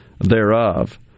thereof